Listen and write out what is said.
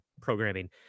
programming